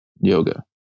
Yoga